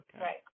Right